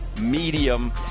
medium